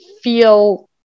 feel